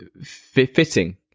fitting